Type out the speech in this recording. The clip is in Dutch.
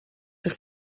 zich